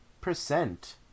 percent